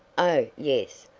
oh, yes.